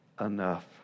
enough